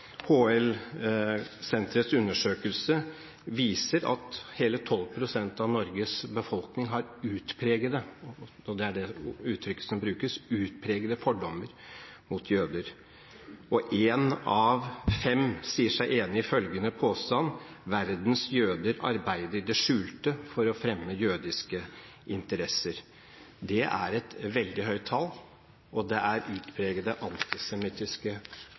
dag. HL-senterets undersøkelse viser at hele 12 pst. av Norges befolkning har «utpregede fordommer» – det er det uttrykket som brukes – mot jøder. Og én av fem sier seg enig i følgende påstand: «Verdens jøder arbeider i det skjulte for å fremme jødiske interesser.» Det er et veldig høyt tall, og det er utpregede antisemittiske